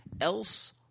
else